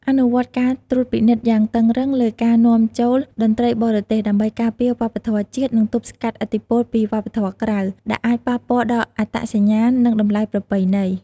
អនុវត្តការត្រួតពិនិត្យយ៉ាងតឹងរឹងលើការនាំចូលតន្ត្រីបរទេស ដើម្បីការពារវប្បធម៌ជាតិ និងទប់ស្កាត់ឥទ្ធិពលពីវប្បធម៌ក្រៅ ដែលអាចប៉ះពាល់ដល់អត្តសញ្ញាណ និងតម្លៃប្រពៃណី។